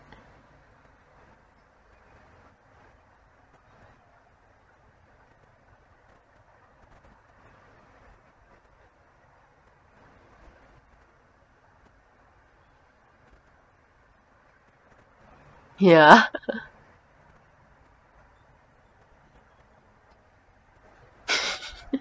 yeah